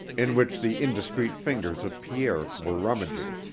in which the indiscreet fingers of pierre were rummaging.